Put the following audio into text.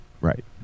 Right